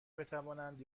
بتوانند